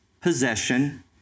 possession